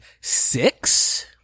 six